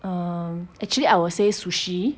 um actually I will say sushi